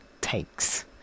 takes